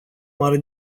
mare